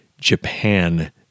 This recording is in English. Japan